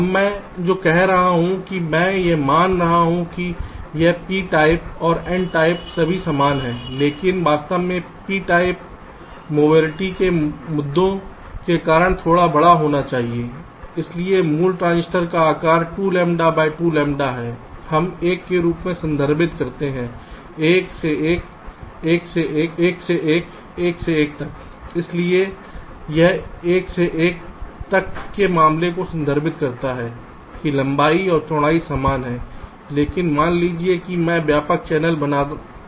अब मैं जो कह रहा हूं कि मैं यह मान रहा हूं कि यह पी टाइप और एन टाइप सभी समान हैं लेकिन वास्तव में पी प्रकार मोबिलिटी के मुद्दों के कारण थोड़ा बड़ा होगा इसलिए मूल ट्रांजिस्टर का आकार 2 लैम्ब्डा बाय 2 लैम्ब्डा है हम 1 के रूप में संदर्भित करते हैं 1 से 1 1 से 1 है 1 से 1 है 1 से 1 तक है इसलिए यह 1 से 1 तक के मामले को संदर्भित करता है कि लंबाई और चौड़ाई समान है लेकिन मान लीजिए कि मैं व्यापक चैनल बना हूं